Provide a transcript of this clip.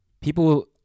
people